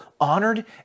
honored